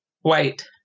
white